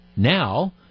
Now